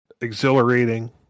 exhilarating